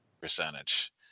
percentage